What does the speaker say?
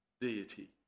deity